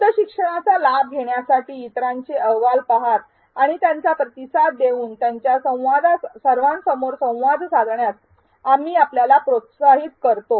शुद्ध शिक्षणाचा लाभ घेण्यासाठी इतरांचे अहवाल पहात आणि त्यांना प्रतिसाद देऊन आपल्या सर्वांसमोर संवाद साधण्यास आम्ही आपल्याला प्रोत्साहित करतो